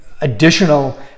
additional